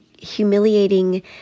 humiliating